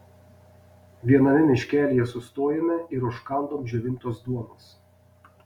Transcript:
viename miškelyje sustojome ir užkandom džiovintos duonos